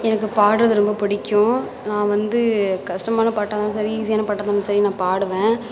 எனக்கு பாடுறது ரொம்ப பிடிக்கும் நான் வந்து கஷ்டமான பாட்டாக இருந்தாலும் சரி ஈஸியான பாட்டாக இருந்தாலும் சரி நான் பாடுவேன்